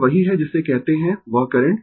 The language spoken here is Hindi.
यह वही है जिसे कहते है वह करंट